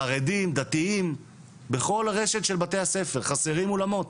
חרדים, דתיים, בכל רשת של בתי הספר חסרים אולמות.